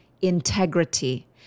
integrity